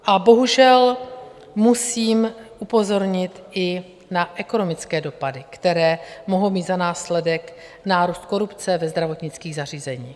A bohužel musím upozornit i na ekonomické dopady, které mohou mít za následek nárůst korupce ve zdravotnických zařízeních.